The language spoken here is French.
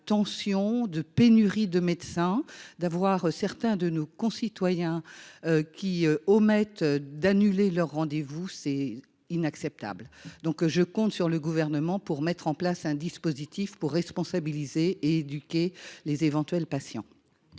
de pénurie de médecins d'avoir certains de nos concitoyens. Qui omettent d'annuler leurs rendez-vous. C'est inacceptable. Donc je compte sur le gouvernement pour mettre en place un dispositif pour responsabiliser éduquer les éventuels patients.